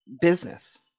business